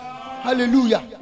hallelujah